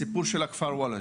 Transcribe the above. הסיפור של הכפר וולאג'ה.